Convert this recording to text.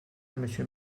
monsieur